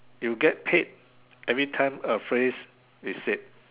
you get paid everytime a phrase is said